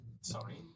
sorry